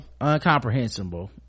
Uncomprehensible